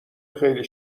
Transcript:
خیلی